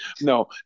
no